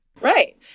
right